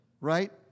Right